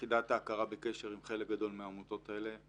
יחידת ההכרה בקשר עם חלק גדול מהעמותות האלה.